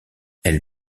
elles